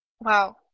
wow